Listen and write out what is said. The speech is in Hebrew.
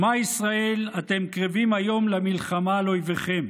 שמע ישראל, אתם קרבים היום למלחמה על איביכם'.